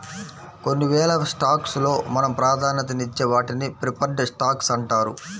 కొన్ని వేల స్టాక్స్ లో మనం ప్రాధాన్యతనిచ్చే వాటిని ప్రిఫర్డ్ స్టాక్స్ అంటారు